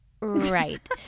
Right